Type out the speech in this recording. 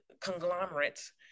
conglomerates